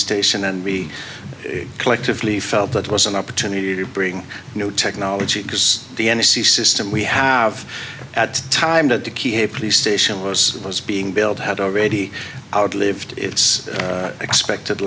station and we collectively felt that was an opportunity to bring new technology because the n s c system we have at time that the key a police station was was being built had already outlived its expected